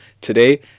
today